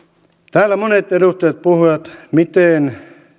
täällä monet edustajat puhuivat miten pian